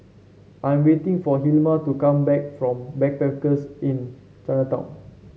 I'm waiting for Hilma to come back from Backpackers Inn Chinatown